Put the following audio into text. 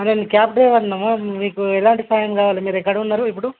నేను క్యాబ్ డ్రైవర్ని అమ్మ మీకు ఎలాంటి సాయం కావాలి మీరు ఎక్కడ ఉన్నారు ఇప్పుడు